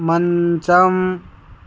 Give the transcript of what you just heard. మంచం